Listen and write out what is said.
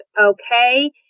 Okay